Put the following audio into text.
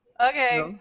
Okay